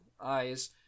eyes